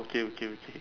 okay okay okay